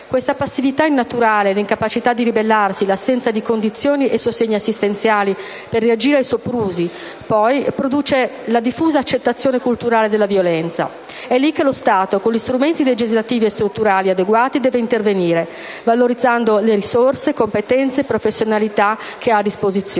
Questa passività innaturale, l'incapacità di ribellarsi, l'assenza di condizioni e sostegni assistenziali per reagire ai soprusi poi produce la diffusa accettazione culturale della violenza. È lì che lo Stato, con gli strumenti legislativi e strutturali adeguati, deve intervenire, valorizzando le risorse, le competenze e le professionalità che ha a disposizione.